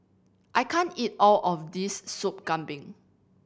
I can't eat all of this Sop Kambing